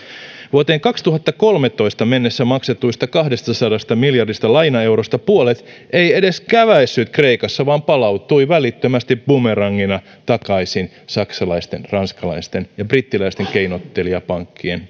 vuoteen kaksituhattakolmetoista mennessä maksetuista kahdestasadasta miljardista lainaeurosta puolet ei edes käväissyt kreikassa vaan palautui välittömästi bumerangina takaisin saksalaisten ranskalaisten ja brittiläisten keinottelijapankkien